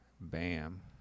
bam